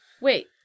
Wait